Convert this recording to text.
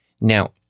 Now